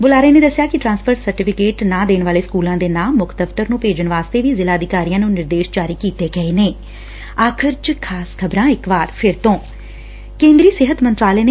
ਬੁਲਾਰੇ ਨੇ ਦਸਿਆ ਕਿ ਟਰਾਂਸਫਰ ਸਰਟੀਫਿਕੇਟ ਨਾ ਦੇਣ ਵਾਲੇ ਸਕੁਲਾਂ ਦੇ ਨਾਂ ਮੁੱਖ ਦਫ਼ਤਰ ਨੰ ਭੇਜਣ ਵਾਸਤੇ ਵੀ ਜ਼ਿਲ੍ਹਾ ਅਧਿਕਾਰੀਆਂ ਨੁੰ ਨਿਰਦੇਸ਼ ਜਾਰੀ ਕੀਤੇ ਗਏ ਨੇ